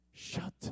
Shut